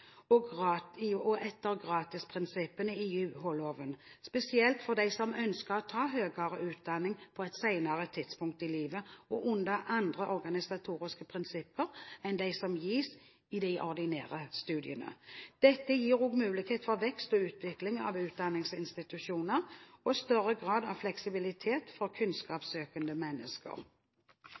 og etter gratisprinsippene i UH-loven, spesielt for dem som ønsker å ta høyere utdanning på et senere tidspunkt i livet og under andre organisatoriske prinsipper enn dem som gis i de ordinære studiene. Dette gir også mulighet for vekst og utvikling av utdanningsinstitusjonene og større grad av fleksibilitet for kunnskapssøkende mennesker.